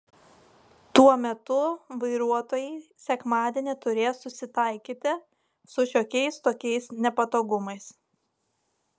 tuo metu vairuotojai sekmadienį turės susitaikyti su šiokiais tokiais nepatogumais